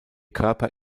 körper